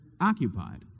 occupied